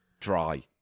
Dry